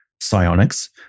psionics